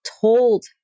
told